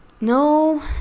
No